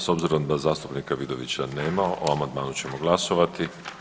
S obzirom da zastupnika Vidovića nema, o amandmanu ćemo glasovati.